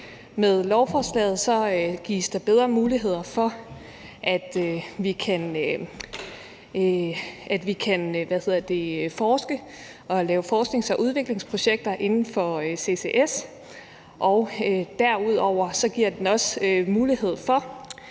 Med lovforslaget gives der bedre muligheder for, at vi kan forske og lave forsknings- og udviklingsprojekter inden for CCS, og derudover giver forslaget også mulighed for,